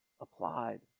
applied